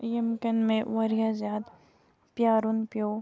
ییٚمہِ کِنۍ مےٚ واریاہ زیادٕ پیٛارُن پیوٚ